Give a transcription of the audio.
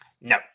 No